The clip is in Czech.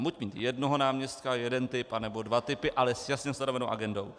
Buď mít jednoho náměstka, jeden typ, anebo dva typy, ale s jasně stanovenou agendou.